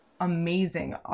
amazing